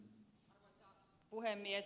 arvoisa puhemies